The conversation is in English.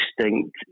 distinct